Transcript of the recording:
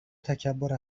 تکبر